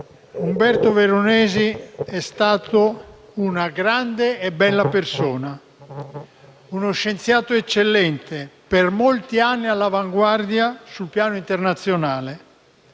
Umberto Veronesi è stato una grande e bella persona. Uno scienziato eccellente, per molti anni all'avanguardia sul piano internazionale.